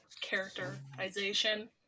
characterization